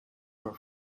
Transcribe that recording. her